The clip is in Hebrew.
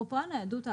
אפרופו הניידות,